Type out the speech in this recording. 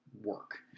work